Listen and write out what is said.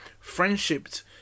friendships